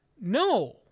No